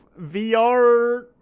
VR